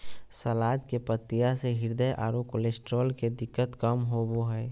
सलाद के पत्तियाँ से हृदय आरो कोलेस्ट्रॉल के दिक्कत कम होबो हइ